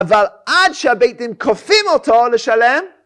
‫אבל עד שהבית דין כופים אותו לשלם...